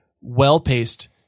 well-paced